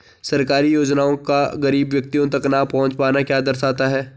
सरकारी योजनाओं का गरीब व्यक्तियों तक न पहुँच पाना क्या दर्शाता है?